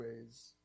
ways